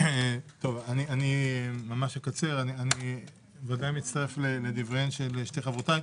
אני בוודאי מצטרף לדבריהן של שתי חברותיי.